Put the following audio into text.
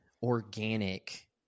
organic